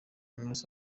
knowless